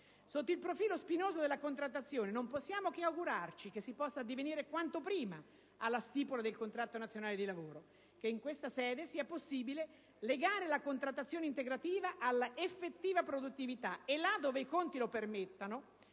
Sotto il profilo spinoso della contrattazione non possiamo che augurarci che si possa addivenire quanto prima alla stipula del contratto nazionale di lavoro e che in questa sede sia possibile legare la contrattazione integrativa all'effettiva produttività. Là dove i conti lo permettano,